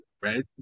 right